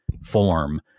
form